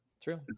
true